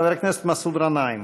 חבר הכנסת מסעוד גנאים.